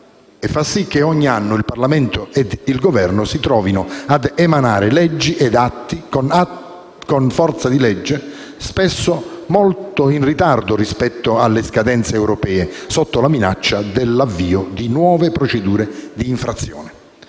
e fa sì che ogni anno il Parlamento e il Governo si trovino ad emanare leggi ed atti con forza di legge, spesso molto in ritardo rispetto alle scadenze europee, sotto la minaccia dell'avvio di nuove procedure di infrazione.